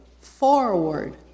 forward